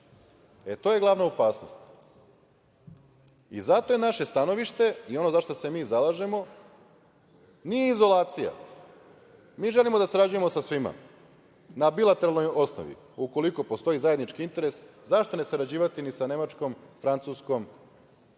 E, to je glavna opasnost. Zato je naše stanovište i zašta se mi zalažemo, nije izolacija, mi želimo sa sarađujemo sa svima na bilateralnoj osnovi ukoliko postoji zajednički interes zašto ne sarađivati sa ni sa Nemačkom, Francuskom,